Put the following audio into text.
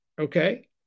Okay